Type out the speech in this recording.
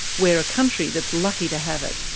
we're a country that's lucky to have it.